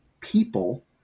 people